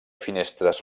finestres